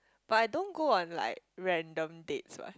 but I don't go on like random date what